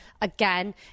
again